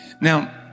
Now